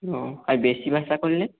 ও আর বেশি করলে